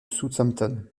southampton